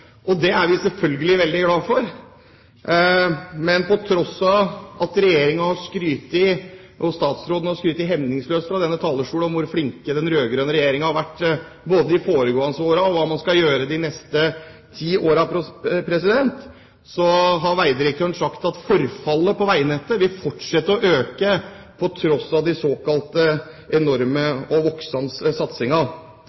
Det er vi selvfølgelig veldig glad for. Men på tross av at Regjeringen og statsråden har skrytt hemningsløst fra denne talerstolen av hvor flink den rød-grønne regjeringen har vært i de foregående årene og av hva man skal gjøre de neste ti årene, har veidirektøren sagt at forfallet på veinettet vil fortsette å øke på tross av den såkalte enorme